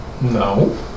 no